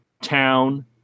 town